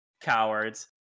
Cowards